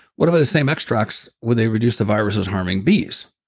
what about the same extracts where they reduce the virus as harming bees?